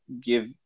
give